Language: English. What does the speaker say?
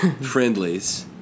friendlies